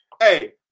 hey